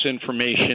information